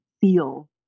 feel